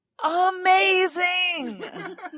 amazing